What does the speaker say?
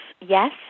yes